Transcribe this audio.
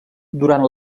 durant